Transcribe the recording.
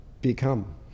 become